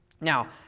Now